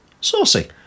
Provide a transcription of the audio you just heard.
saucy